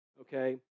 okay